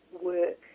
work